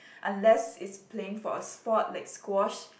unless it's playing for a sport like squash